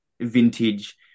vintage